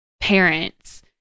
parents